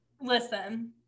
listen